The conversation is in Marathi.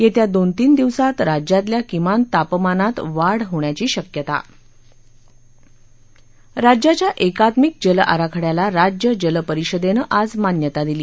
येत्या दोन तीन दिवसात राज्यातल्या किमान तापमानात वाढ होण्याची शक्यता राज्याच्या एकात्मिक जल आराखड्याला राज्य जल परिषदेनं आज मान्यता दिली